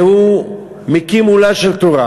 והוא מקים עולה של תורה,